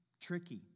tricky